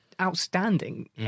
outstanding